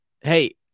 Hey